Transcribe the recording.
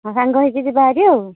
ହଁ ସାଙ୍ଗ ହେଇକି ଯିବା ଭାରି ଆଉ